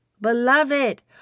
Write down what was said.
beloved